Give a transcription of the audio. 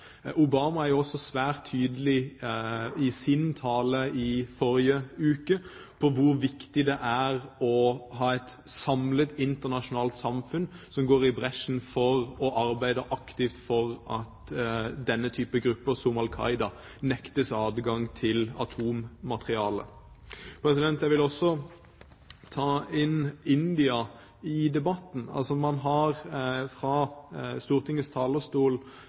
i sin tale i forrige uke svært tydelig på hvor viktig det er å ha et samlet internasjonalt samfunn som går i bresjen for å arbeide aktivt for at denne type grupper, som Al Qaida, nektes adgang til atommateriale. Jeg vil også ta India inn i debatten. Man har, også jeg, fra Stortingets talerstol